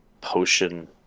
potion